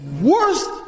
worst